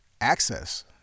access